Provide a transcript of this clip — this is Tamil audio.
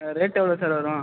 ஆ ரேட் எவ்வளோ சார் வரும்